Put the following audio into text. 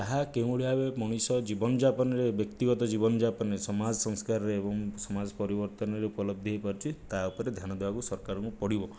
ତାହା କେଉଁ ଭଳି ଭାବେ ମଣିଷ ଜୀବନଯାପନରେ ବ୍ୟକ୍ତିଗତ ଜୀବନଯାପନ ସମାଜ ସଂସ୍କାରରେ ଏବଂ ସମାଜ ପରିବର୍ତ୍ତନରେ ଉପଲବ୍ଧି ହେଇପାରୁଛି ତାହା ଉପରେ ଧ୍ୟାନ ଦେବାକୁ ସରକାରଙ୍କୁ ପଡ଼ିବ